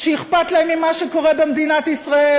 שאכפת להם ממה שקורה במדינת ישראל,